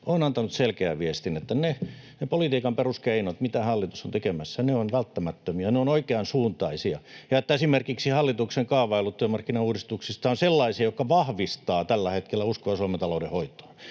ovat antaneet selkeän viestin, että ne politiikan peruskeinot, mitä hallitus on tekemässä, ovat välttämättömiä, ne ovat oikean suuntaisia, ja että esimerkiksi hallituksen kaavailut työmarkkinauudistuksista ovat sellaisia, jotka vahvistavat tällä hetkellä uskoa Suomen taloudenhoitoon.